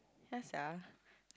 yeah sia